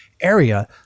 area